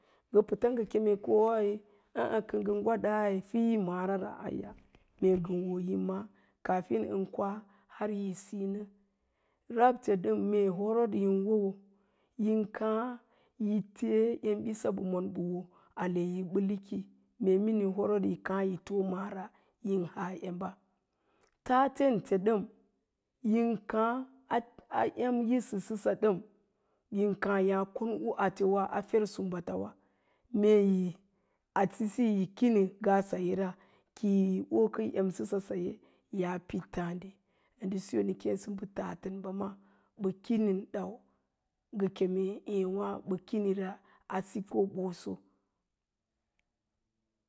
Ngə pəta ngə kemei kə ngə gwada pə yi ma'árara. Mee yin wo yin má'á kaafin yi kwa har yi sinə, rabte ɗəm mee horəɗ yin wowo yin káá yi tee emɓisa mbə moon mbə wo ale yi mbə hiki. Mee miniu horoɗ yi káá yi foo maara yin haa emba, tatente ɗəm a em yisəsəsa ɗəm, yin káá yaa kon u atewa a fer simbatawa, mee atesisi yi kinin ngaa sasera kəi ookə emsəsa saye yaa pid tááɗi. Ndə siso nə kéésə mbə tadən ba ma, mba, kinin ɗau, ngə keme ééw mbə kinira a sikoo ɓoso.